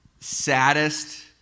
saddest